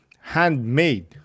handmade